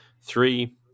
Three